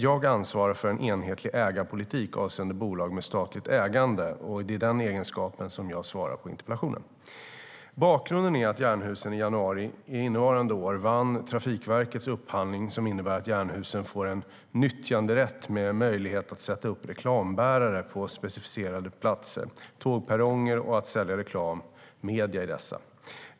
Jag ansvarar för en enhetlig ägarpolitik avseende bolag med statligt ägande, och det är i den egenskapen som jag svarar på interpellationen. Bakgrunden är att Jernhusen i januari innevarande år vann Trafikverkets upphandling som innebär att Jernhusen får en nyttjanderätt med möjlighet att sätta upp reklambärare på specificerade platser, tågperronger, och att sälja reklammedia i dessa.